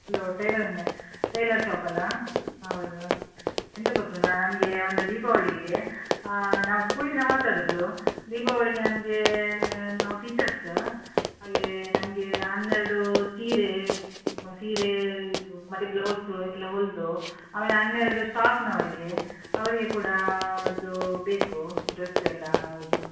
hello tailor ಅಂಗಡಿ tailor ಶಾಪಲ್ಲಾ ಹೌದು ಎಂತ ಗೊತ್ತುಂಟಾ ನಮಗೆ ಒಂದು ದೀಪಾವಳಿಗೆ ನಾವು ಸ್ಕೂಲಿಂದ ಮಾತಾಡುದು ದೀಪಾವಳಿಗೆ ನಮಗೆ ನಾವು ಟೀಚರ್ಸ್ ಹಾಗೇ ನಮಗೆ ಹನ್ನೆರಡು ಸೀರೆ ಸೀರೆ ಮತ್ತು ಬ್ಲೌಸ್ ಎಲ್ಲ ಹೊಲಿದು ಆಮೇಲೆ ಹನ್ನೆರಡು ಸ್ಟಾಫ್ನವರಿಗೆ ಅವರಿಗೆ ಕೂಡ ಇದು ಬೇಕು ಡ್ರೆಸ್ಸೆಲ್ಲಾ ಇದು